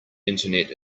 internet